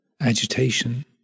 agitation